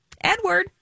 Edward